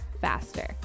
faster